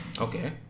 okay